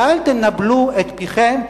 ואל תנבלו את פיכם,